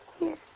Yes